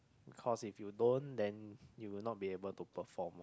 because if you don't then you will not be able to perform